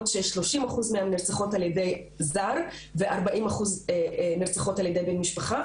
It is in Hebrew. ש-30 אחוז מהן נרצחות על ידי זר ו-40 אחוז נרצחות על ידי בן משפחה.